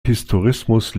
historismus